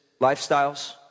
lifestyles